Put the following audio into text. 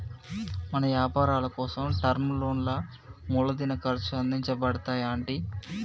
మన యపారాలకోసం టర్మ్ లోన్లా మూలదిన ఖర్చు అందించబడతాయి అంటి